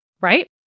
right